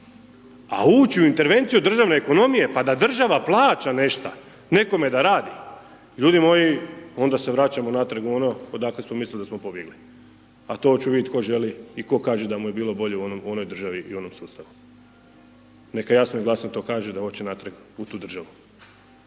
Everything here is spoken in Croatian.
A uć u intervenciju državne ekonomije, pa da država plaća nešta nekome da radi, ljudi moji onda se vraćamo natrag u ono odakle smo mislili da smo pobjegli, a to oću vidjet ko želi i ko kaže da mu je bilo bolje u onoj državi i onom sustavu, neka jasno i glasno kaže da oće natrag u tu državu.